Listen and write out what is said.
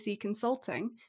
Consulting